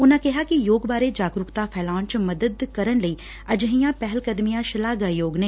ਉਨਾਂ ਕਿਹਾ ਕਿ ਯੋਗ ਬਾਰੇ ਜਾਗਰੁਕਤਾ ਫੈਲਾਉਣ ਚ ਮਦਦ ਕਰਨ ਲਈ ਅਜਿਹੀਆਂ ਪਹਿਲਕਦਮੀਆਂ ਸ਼ਲਾਘਾਯੋਗ ਨੇ